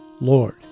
lord